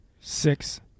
Six